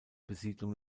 besiedlung